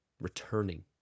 returning